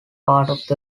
part